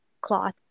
cloth